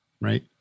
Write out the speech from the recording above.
right